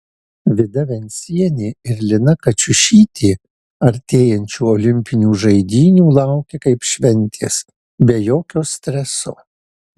vida vencienė ir lina kačiušytė artėjančių olimpinių žaidynių laukia kaip šventės be jokio streso